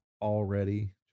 Already